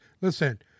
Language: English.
Listen